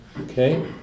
Okay